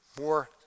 more